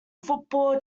football